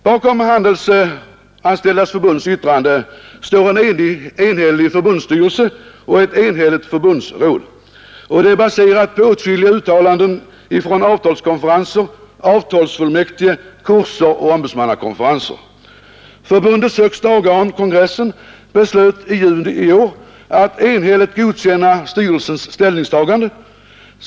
Bakom Handelsanställdas förbunds yttrande står en enig förbundsstyrelse och ett enigt förbundsråd, och det är baserat på åtskilliga uttalanden från avtalskonferenser, avtalsfullmäktige, kurser och ombudsmannakonferenser. Förbundets högsta organ, kongressen, beslöt i juni i år att enhälligt godkänna styrelsens ställningstagande.